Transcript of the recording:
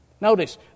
Notice